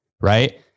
right